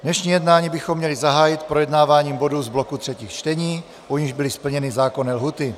Dnešní jednání bychom měli zahájit projednáváním bodů z bloku třetích čtení, u nichž byly splněny zákonné lhůty.